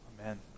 Amen